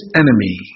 enemy